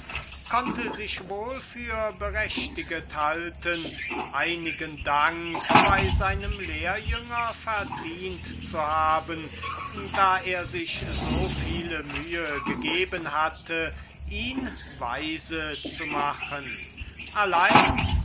konnte sich wohl berechtiget halten einigen dank bei seinem lehrjünger verdient zu haben da er sich so viele mühe gegeben hatte ihn weise zu machen allein